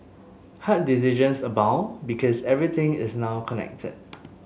hard decisions abound because everything is now connected